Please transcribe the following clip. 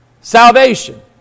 salvation